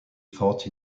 fought